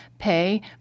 pay